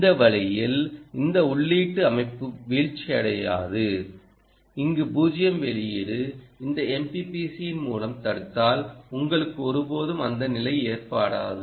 இந்த வழியில் இந்த உள்ளீட்டு அமைப்பு வீழ்ச்சியடையாது இங்கு 0 வெளியீடு இந்த MPPC பின் மூலம் தடுத்தால் உங்களுக்கு ஒருபோதும் அந்த நிலை ஏற்படாது